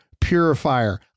purifier